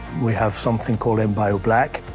we have something called enviro black.